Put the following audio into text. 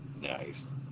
Nice